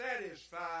satisfied